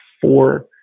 four